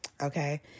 okay